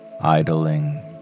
Idling